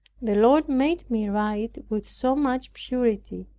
the lord made me write with so much purity,